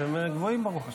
אתם גבוהים, ברוך השם.